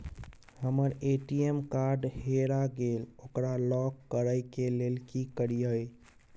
हमर ATM card हेरा गेल ओकरा लॉक करै के लेल की करियै?